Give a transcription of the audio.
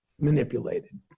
manipulated